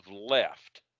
left